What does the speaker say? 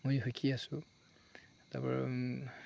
মই শিকি আছোঁ তাৰপৰা